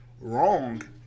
wrong